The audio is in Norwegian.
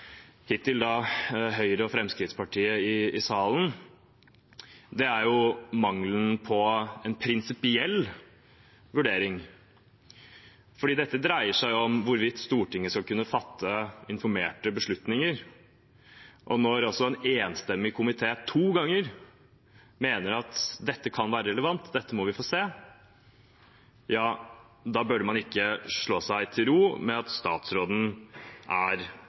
hittil – Høyre og Fremskrittspartiet i salen er mangelen på en prinsipiell vurdering, for dette dreier seg om hvorvidt Stortinget skal kunne fatte informerte beslutninger. Når altså en enstemmig komité – to ganger – mener at dette kan være relevant, at dette må vi få se, burde man ikke slå seg til ro med at statsråden er